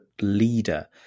leader